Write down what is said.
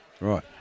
Right